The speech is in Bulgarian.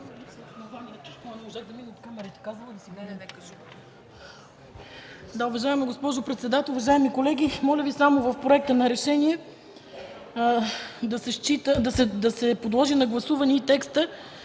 Уважаема госпожо председател, уважаеми колеги, моля Ви в Проекта за решение да се подложи на гласуване и текста: